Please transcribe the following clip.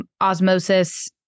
osmosis